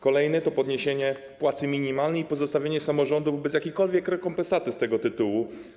Kolejne to podniesienie płacy minimalnej i pozostawienie samorządów bez jakiejkolwiek rekompensaty z tego tytułu.